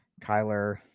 Kyler